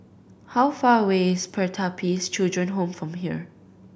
how far away is Pertapis Children Home from here